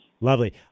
Lovely